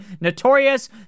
Notorious